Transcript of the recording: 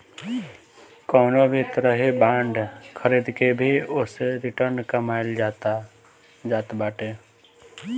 कवनो भी तरही बांड खरीद के भी ओसे रिटर्न कमाईल जात बाटे